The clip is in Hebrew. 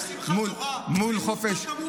צעדות ודברים אחרים שמשבשים את